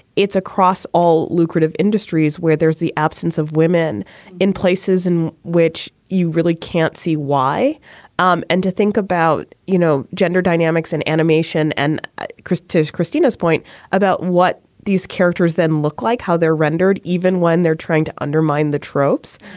it's across all lucrative industries where there's the absence of women in places in which you really can't see why um and to think about, you know, gender dynamics in animation. and chrystia's christina's point about what these characters then look like, how they're rendered, even when they're trying to undermine the tropes.